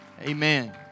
Amen